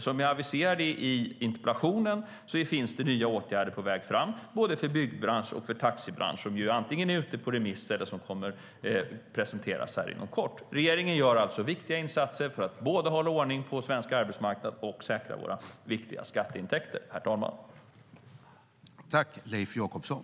Som jag aviserade i interpellationen finns det nya åtgärder som är på väg fram både för byggbransch och taxibransch, och de är antingen ute på remiss eller kommer att presenteras här inom kort. Regeringen gör alltså viktiga insatser för att både hålla ordning på svensk arbetsmarknad och säkra våra viktiga skatteintäkter, herr talman.